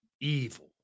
evil